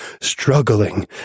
struggling